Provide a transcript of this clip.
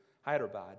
Hyderabad